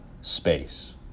space